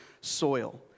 soil